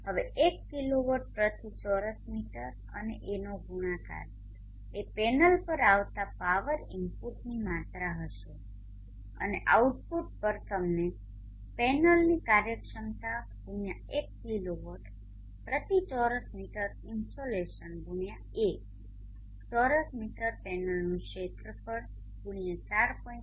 હવે 1 કિલોવોટ પ્રતિ ચોરસ મીટર અને Aનો ગુણાકાર એ પેનલ પર આવતા પાવર ઇનપુટની માત્રા હશે અને આઉટપુટ પર તમને પેનલની કાર્યક્ષમતા×1 કિલોવોટ પ્રતિ ચોરસ મીટર ઇન્સોલેશન×A ચોરસ મીટર પેનલનુ ક્ષેત્રફળ×4